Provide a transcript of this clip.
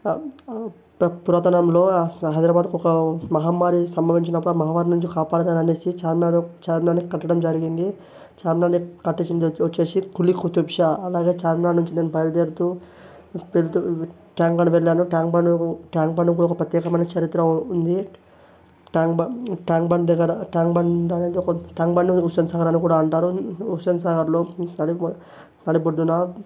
పురాతనంలో హైదరాబాద్కి ఒక మహమ్మారి సంబంధించిన మహమ్మారి కాపాడాలి అని చార్మినార్ చార్మినార్ ను కట్టడం జరిగింది చార్మినార్ని కట్టించింది వచ్చి కూలి కుతుబ్షా అలాగే చార్మినార్ నుంచి నేను బయలుదేరుతు వెళ్తూ చార్మినార్ వెళ్లాను ట్యాంక్ బండ్ ట్యాంక్ బండి కూడా ఒక ప్రత్యేకమైన చరిత్ర ఉంది ట్యాంక్ బండ్ దగ్గర ట్యాంక్ బండ్ అనేది కొంచెం ట్యాంక్ బండ్ని హుస్సేన్ సాగర్ అని కూడా అంటారు హుస్సేన్ సాగర్ లో నడిమి నడిబొడ్డున